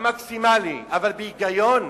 המקסימלי, אבל בהיגיון,